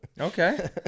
Okay